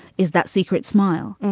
is that secret smile.